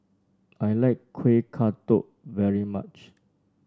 I like Kueh Kodok very much